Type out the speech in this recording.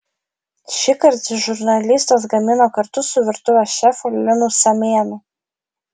šįkart žurnalistas gamino kartu su virtuvės šefu linu samėnu